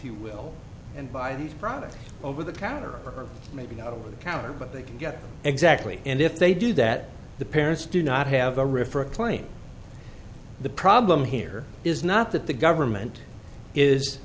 you will and buy the product over the counter or maybe over the counter but they can get exactly and if they do that the parents do not have a referral claim the problem here is not that the government is